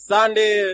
Sunday